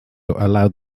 allowed